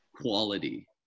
quality